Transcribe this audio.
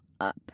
up